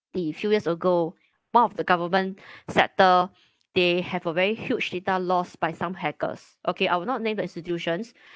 the few years ago one of the government sector they have a very huge data loss by some hackers okay I would not name the institutions